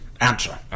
answer